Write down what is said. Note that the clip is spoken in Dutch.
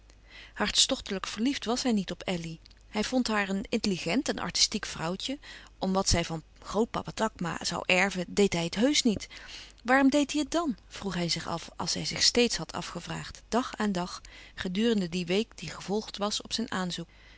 hartstochtelijk verliefd was hij niet op elly hij vond haar een intelligent en artistiek vrouwtje om wat zij van grootpapa takma zoû erven deed hij het heùsch niet waarm deed hij het dan vroeg hij zich af als hij zich reeds had afgevraagd dag aan dag gedurende die week die gevolgd was op zijn aanzoek